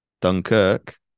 Dunkirk